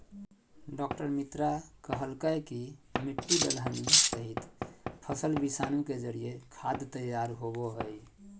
डॉ मित्रा कहलकय कि मिट्टी, दलहनी सहित, फसल विषाणु के जरिए खाद तैयार होबो हइ